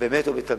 באמת ובתמים,